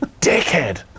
dickhead